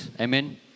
amen